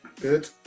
Good